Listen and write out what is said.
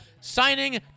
signing